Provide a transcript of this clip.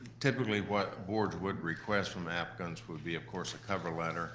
typically what boards would request from applicants would be of course a cover letter